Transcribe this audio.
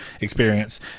experience